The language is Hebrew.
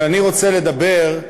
אבל אני רוצה לדבר,